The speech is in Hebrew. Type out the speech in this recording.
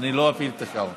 אני לא אפעיל את השעון.